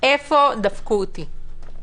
איפה דפקו אותי.